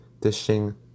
dishing